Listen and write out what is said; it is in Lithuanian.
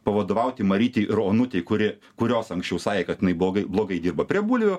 pavadovauti marytei ir onutei kuri kurios anksčiau sakė kad jinai blogai blogai dirba prie bulvių